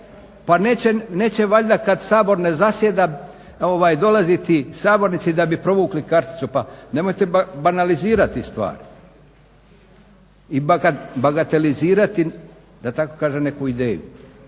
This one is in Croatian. Pa neće valjda kad Sabor ne zasjeda dolaziti sabornici da bi provukli karticu? Pa nemojte banalizirati stvari i bagatelizirati da tako kažem neku ideju